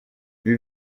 ibi